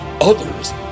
others